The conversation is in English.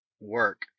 work